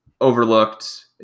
overlooked